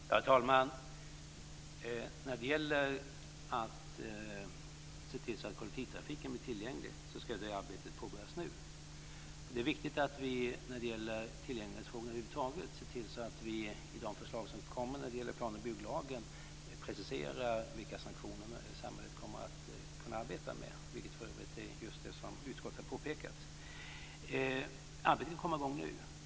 Herr talman! Arbetet på att se till att kollektivtrafiken blir tillgänglig ska påbörjas nu. Det är viktigt att vi när det gäller tillgänglighetsfrågorna över huvud taget i de förslag som gäller plan och bygglagen preciserar vilka sanktioner samhället kommer att kunna arbeta med. Det är för övrigt just detta som utskottet har påpekat. Arbetet kommer i gång nu.